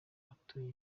abatuye